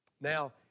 Now